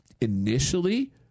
initially